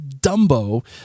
Dumbo